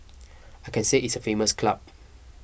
I can say it's a famous club